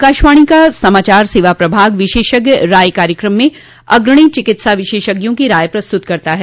आकाशवाणी का समाचार सेवा प्रभाग विशेषज्ञ राय कार्यक्रम में अग्रणी चिकित्सा विशेषज्ञों की राय प्रस्त्रत करता है